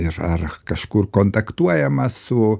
ir ar kažkur kontaktuojama su